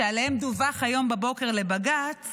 שעליהם דווח היום בבוקר לבג"ץ